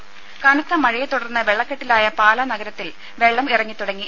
രുര കനത്ത മഴയെത്തുടർന്ന് വെള്ളക്കെട്ടിലായ പാല നഗരത്തിൽ വെള്ളം ഇറങ്ങിത്തുടങ്ങി